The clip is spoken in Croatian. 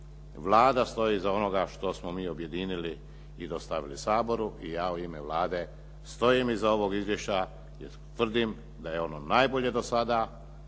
Vlada stoji iza onoga što smo mi objedinili i dostavili Saboru. I ja u ime Vlade stojim iza ovog izvješća i tvrdim da je ono najbolje do sada